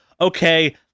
okay